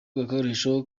gakoresho